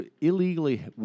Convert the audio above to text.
illegally